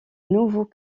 nouveau